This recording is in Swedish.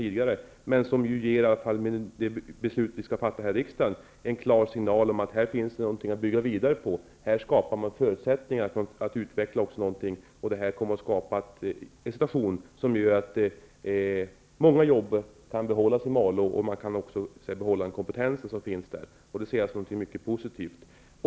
Det ger i alla fall en klar signal inför det beslut vi skall fatta i riksdagen om att det här finns någonting att bygga vidare på. Här skapar man förutsättningar för att utveckla något, och det kommer att skapa en situation som medför att många jobb kan behållas i Malå och att man kan behålla den kompetens som finns. Det ser jag som mycket positivt.